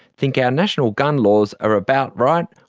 think our national gun laws are about right,